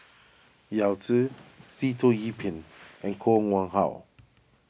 Yao Zi Sitoh Yih Pin and Koh Nguang How